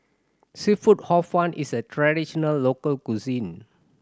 seafood Hor Fun is a traditional local cuisine